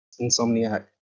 insomniac